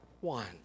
one